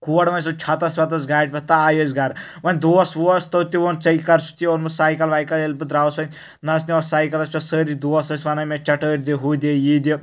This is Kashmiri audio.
کھوڑ وۄنۍ سُہ چَھتس وتس گاڑِ منٛز تہٕ آیہِ أسۍ گَرٕ وۄنۍ دوس ووس تِمو تہِ ووٚن ژے کر چھُتھ یہِ اوٚنمُت یہِ سایکَل وایکَل ییٚلہِ بہٕ درٛاوُس وۄنۍ نژنہِ اتھ سایکَلس پیٹھ سٲری دوس ٲسۍ وَنان چٲڑۍ دِ ہُہ دِ یہِ دِ